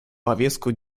повестку